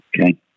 Okay